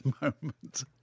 moment